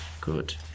Good